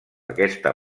aquesta